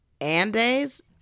Andes